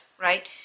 right